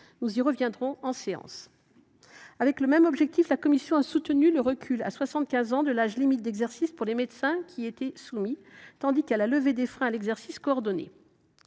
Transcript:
les actes superflus. Avec le même objectif, la commission a soutenu le recul à 75 ans de l’âge limite d’exercice pour les médecins qui y étaient soumis, tandis qu’elle a levé des freins à l’exercice coordonné.